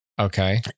okay